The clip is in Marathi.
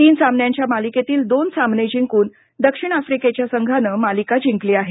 तीन सामन्यांच्या मालिकेतील दोन सामने जिंकून दक्षिण आफ्रिकेच्या संघानं मालिका जिंकली आहे